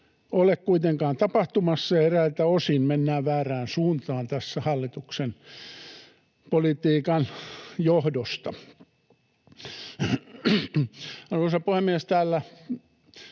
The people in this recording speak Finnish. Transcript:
ole kuitenkaan tapahtumassa, ja eräiltä osin tässä mennään väärään suuntaan hallituksen politiikan johdosta. Arvoisa puhemies! Täällä